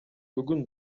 бүгүн